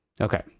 okay